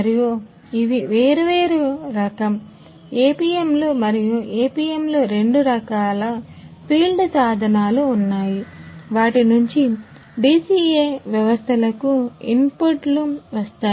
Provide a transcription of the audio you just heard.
మరియు ఇవి వేర్వేరు రకం APM లు మరియు APM లు రెండు రకాల ఫీల్డ్ సాధనాలు ఉన్నాయి వాటి నుంచి DCA వ్యవస్థలకు ఇన్పుట్లు వస్తాయి